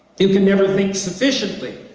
you can never think sufficiently.